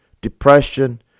depression